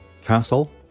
Castle